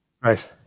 Right